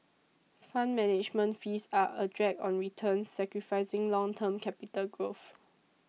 fund management fees are a drag on returns sacrificing long term capital growth